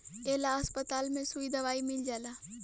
ए ला अस्पताल में सुई दवाई मील जाला